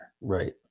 Right